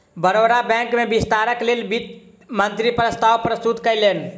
Baroda bank में विस्तारक लेल वित्त मंत्री प्रस्ताव प्रस्तुत कयलैन